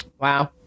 Wow